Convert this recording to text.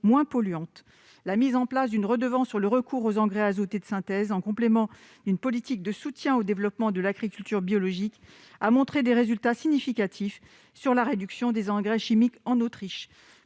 moins polluantes ». La mise en place d'une redevance sur le recours aux engrais azotés de synthèse en complément d'une politique de soutien au développement de l'agriculture biologique a montré des résultats significatifs sur la réduction des engrais chimiques en Autriche.